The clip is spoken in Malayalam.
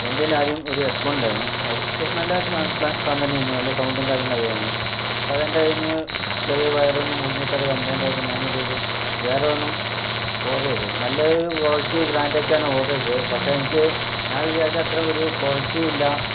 എൻ്റെൽ ആദ്യം ഒരു ഹെഡ്ഫോൺ ഉണ്ടായിരുന്നു അത് അത്യാവശ്യം നല്ല സാധനം തന്നെ ആയിരുന്നു നല്ല സൗണ്ടും കാര്യങ്ങളും ഒക്കെ ആയിരുന്നു അത് എൻ്റെ കയ്യിൽ നിന്ന് ചെറിയ വയറൊന്ന് മുറിഞ്ഞിട്ട് കംപ്ലൈന്റ് ആയപ്പോൾ ഞാനെന്തെയ്തു വേറൊരെണ്ണം ഓർഡറെയ്തു നല്ല ഒരു ക്വാളിറ്റി ബ്രാൻഡ് ഒക്കെയാണ് ഓർഡർ ചെയ്തത് പക്ഷെ എനിക്ക് ഞാൻ വിചാരിച്ചത്ര ഒരു ക്വാളിറ്റിയും ഇല്ല